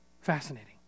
Fascinating